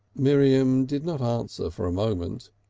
miriam did not answer for a moment.